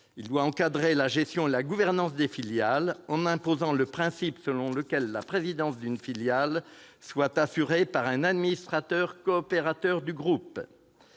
; d'encadrer la gestion et la gouvernance des filiales en imposant le principe selon lequel la présidence d'une filiale doit être exercée par un administrateur coopérateur du groupe